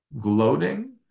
gloating